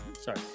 Sorry